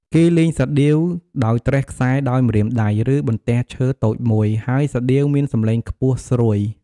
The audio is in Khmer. គេលេងសាដៀវដោយត្រេះខ្សែដោយម្រាមដៃ ឬបន្ទះឈើតូចមួយ ហើយសាដៀវមានសំឡេងខ្ពស់ស្រួយ។